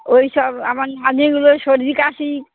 ওই সব আমার আজকে হলো সর্দি কাাশি